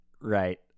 Right